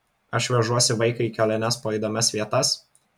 aš vežuosi vaiką į keliones po įdomias vietas